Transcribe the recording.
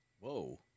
Whoa